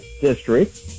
District